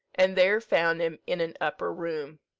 and there found him in an upper room.